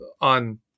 on